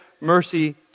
mercy